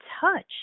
touch